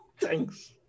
Thanks